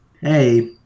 hey